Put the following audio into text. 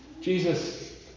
Jesus